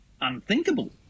unthinkable